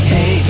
Hey